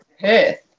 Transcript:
Perth